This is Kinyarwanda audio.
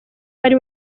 ari